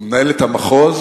ומנהלת המחוז,